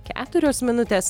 keturios minutės